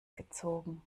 gezogen